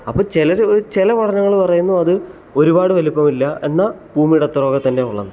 അപ്പോൾ ചിലർ ചില പഠനങ്ങൾ പറയുന്നു അത് ഒരുപാട് വലുപ്പം ഇല്ല എന്നാൽ ഭൂമിയുടെ അത്രയൊക്കെ തന്നെയേ ഉള്ളു എന്ന്